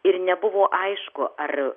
ir nebuvo aišku ar